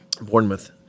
Bournemouth